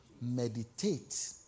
Meditate